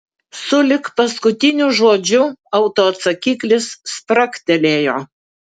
sulig paskutiniu žodžiu autoatsakiklis spragtelėjo